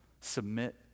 Submit